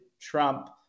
Trump